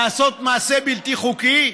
לעשות מעשה בלתי חוקי?